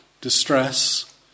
distress